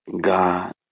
God